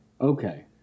Okay